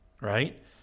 right